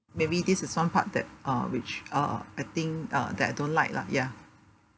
maybe this is one part that uh which uh I think uh that I don't like lah ya